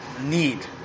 need